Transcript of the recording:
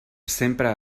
sempre